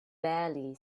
barely